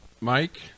Mike